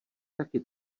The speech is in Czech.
taky